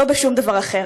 לא משום דבר אחר.